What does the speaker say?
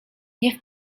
nie